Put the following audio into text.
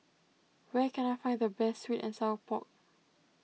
where can I find the best Sweet and Sour Pork